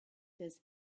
this